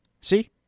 See